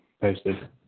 posted